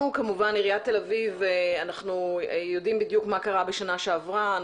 אנחנו יודעים בדיוק מה קרה בשנה שעברה בתל אביב.